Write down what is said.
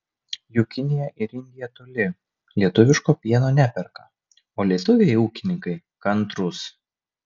juk kinija ir indija toli lietuviško pieno neperka o lietuviai ūkininkai kantrūs